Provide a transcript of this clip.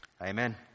Amen